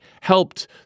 helped